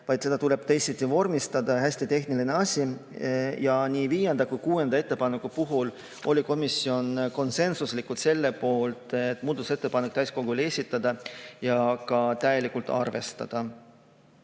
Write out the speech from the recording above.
vaid seda tuleb teisiti vormistada. Hästi tehniline asi. Nii viienda kui ka kuuenda ettepaneku puhul oli komisjon konsensuslikult selle poolt, et muudatusettepanek täiskogule esitada ja seda ka täielikult arvestada.